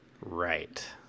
Right